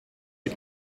les